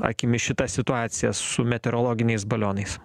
akimis šita situacija su meteorologiniais balionais